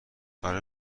اره